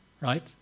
right